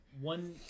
one